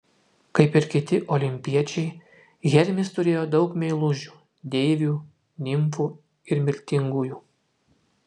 kaip ir kiti olimpiečiai hermis turėjo daug meilužių deivių nimfų ir mirtingųjų